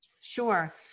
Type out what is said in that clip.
Sure